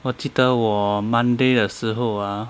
我记得我 monday 的时候 ah